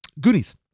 Goonies